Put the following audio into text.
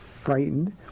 frightened